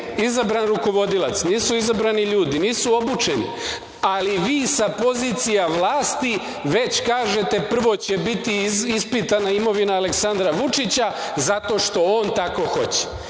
izabran rukovodilac, nisu izabrani ljudi, nisu obučeni, ali vi sa pozicija vlasti već kažete da će prvo biti ispitana imovina Aleksandra Vučića zato što on tako hoće.E,